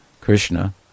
Krishna